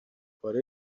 پاره